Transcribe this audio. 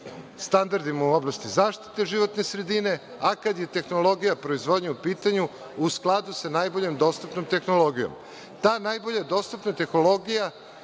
standardima u oblasti zaštite životne sredine, a kada je tehnologija proizvodnje u pitanju, u skladu sa najbolje dostupnom tehnologijom. Ta najbolja dostupna tehnologija